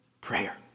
prayer